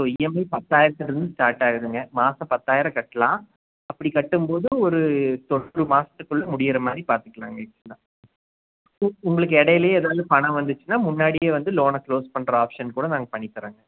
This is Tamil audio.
இப்போ இஎம்ஐ பத்தாயிரத்துலருந்து ஸ்டார்ட் ஆகுதுங்க மாதம் பத்தாயிரம் கட்டலாம் அப்படி கட்டும்போது ஒரு மாதத்துக்குள்ள முடியிற மாதிரி பார்த்துக்குலாங்க உங்களுக்கு இடையிலே எதாவது பணம் வந்துச்சின்னா முன்னாடியே வந்து லோனை க்ளோஸ் பண்ணுற ஆப்ஷன் கூட நாங்கள் பண்ணித்தாரங்க